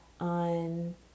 on